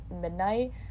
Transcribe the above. midnight